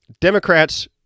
Democrats